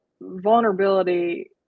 vulnerability